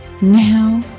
Now